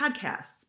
podcasts